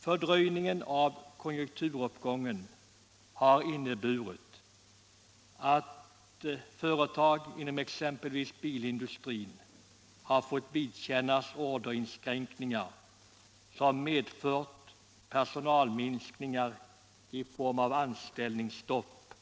Fördröjningen av konjunkturuppgången har inneburit att företag inom exempelvis bilindustrin har fått vidkännas en ordernedgång som medfört personalminskningar i form av anställningsstopp